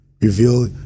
Reveal